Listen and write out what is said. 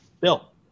Bill